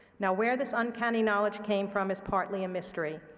now, where this uncanny knowledge came from is partly a mystery.